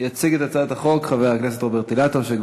הצעת חוק משק הגז הטבעי (תיקון מס' 6)